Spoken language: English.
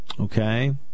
okay